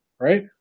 right